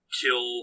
kill